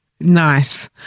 Nice